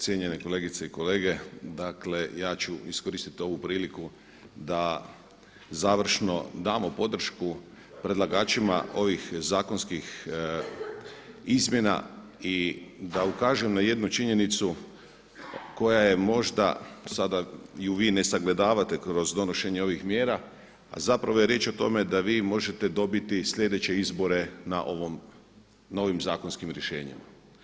Cijenjene kolegice i kolege dakle ja ću iskoristiti ovu priliku da završno damo podršku predlagačima ovih zakonskih izmjena i da ukažem na jednu činjenicu koja je možda sada ju vi možda ne sagledavate kroz donošenje ovih mjera, a zapravo je riječ o tome da vi možete dobiti slijedeće izbore na ovim zakonskim rješenjima.